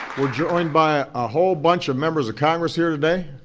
we're joined by a whole bunch of members of congress here today,